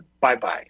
Bye-bye